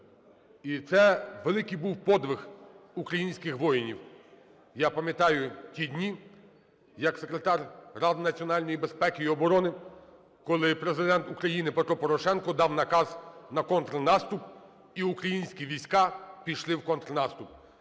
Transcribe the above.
І це великий був подвиг українських воїнів. Я пам'ятаю ті дні, як Секретар Ради національної безпеки і оборони, коли Президент України Петро Порошенко дав наказ на контрнаступ, і українські війська пішли в контрнаступ.